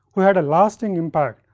who had a lasting impact?